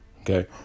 Okay